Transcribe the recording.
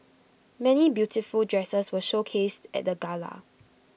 many beautiful dresses were showcased at the gala